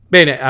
Bene